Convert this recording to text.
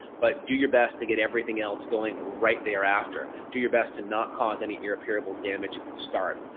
but do your best to get everything else going right there after, do your best to not cause any irreparable damage to start.